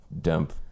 dump